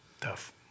Tough